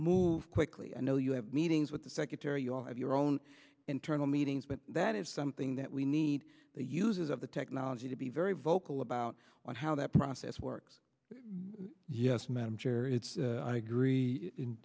move quickly i know you have meetings with the secretary you all have your own internal meetings but that is something that we need the users of the technology to be very vocal about on how that process works yes ma'am sure i agree in